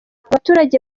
abaturage